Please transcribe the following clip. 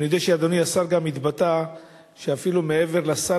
אני יודע שאדוני השר גם התבטא שאפילו מעבר לסל,